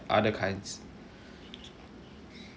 okay sure